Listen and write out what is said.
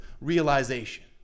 realization